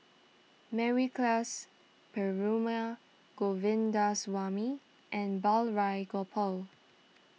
Mary Klass Perumal Govindaswamy and Balraj Gopal